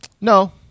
No